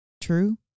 true